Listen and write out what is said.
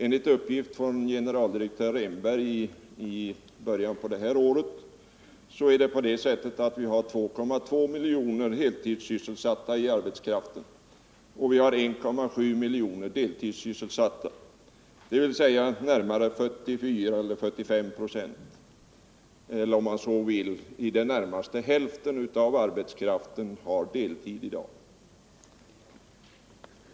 Enligt uppgift från generaldirektör Rehnberg fanns det i början av detta år 2,2 miljoner heltidssysselsatta, medan 1,7 miljoner var deltidssysselsatta. 44 å 45 procent eller, om man så vill, närmare hälften av arbetskraften har i dag deltidssysselsättning.